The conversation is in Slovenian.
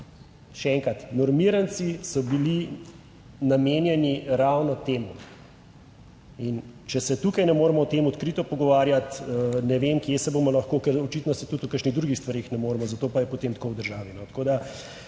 Še enkrat, normiranci so bili namenjeni ravno temu. In, če se tukaj ne moremo o tem odkrito pogovarjati, ne vem kje se bomo lahko, ker očitno se tudi o kakšnih drugih stvareh ne moremo, za to pa je potem tako v državi.